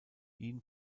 ihn